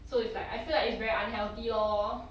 so it's like I feel like it's very unhealthy lor